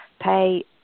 pay